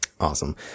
Awesome